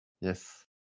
Yes